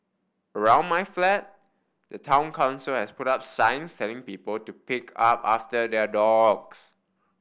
around my flat the Town Council has put up signs telling people to pick up after their dogs